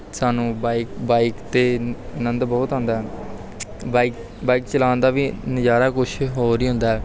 ਸਾਨੂੰ bike bike 'ਤੇ ਆਨੰਦ ਬਹੁਤ ਆਉਂਦਾ ਹੈ ਬਾਇਕ ਬਾਇਕ ਚਲਾਉਣ ਦਾ ਵੀ ਨਜ਼ਾਰਾ ਕੁਛ ਹੋਰ ਹੀ ਹੁੰਦਾ ਹੈ